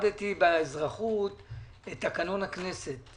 למדתי באזרחות את תקנון הכנסת.